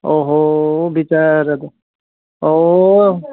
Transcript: बिचारा